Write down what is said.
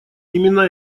именно